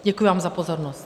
Děkuji vám za pozornost.